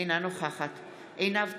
אינה נוכחת עינב קאבלה,